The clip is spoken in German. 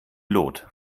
lot